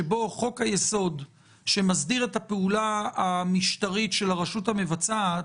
שבו חוק-היסוד שמסדיר את הפעולה המשטרית של הרשות המבצעת